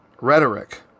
Rhetoric